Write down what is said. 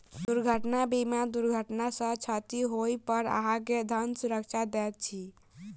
दुर्घटना बीमा दुर्घटना सॅ क्षति होइ पर अहाँ के धन सुरक्षा दैत अछि